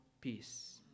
peace